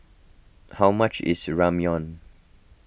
how much is Ramyeon